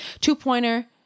Two-pointer